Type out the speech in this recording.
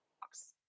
box